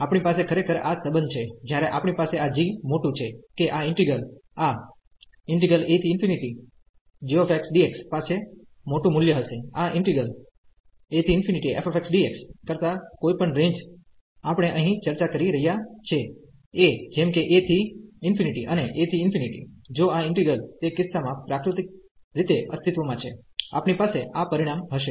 તેથી આપણી પાસે ખરેખર આ સબંધ છે જ્યારે આપણી પાસે આ g મોટું છે કે આ ઈન્ટિગ્રલ આ ag dx પાસે મોટું મુલ્ય હશે આ ઈન્ટિગ્રલ af dx કરતા કોઈપણ રેન્જ આપણે અહીં ચર્ચા કરી રહ્યાં છેએ જેમ કે a થી ∞ અને a થી ∞ જો આ ઈન્ટિગ્રલ તે કિસ્સામાં પ્રાકૃતિક રીતે અસ્તિત્વમાં છે આપણી પાસે આ પરીણામ હશે